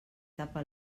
tapa